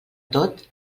tot